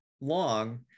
long